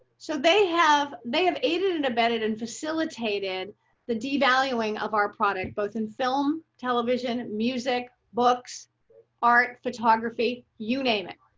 so they have they have aided and abetted and facilitated the devaluing of our product, both in film, television music books art, photography, you name it.